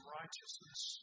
righteousness